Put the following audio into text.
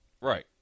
Right